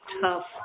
tough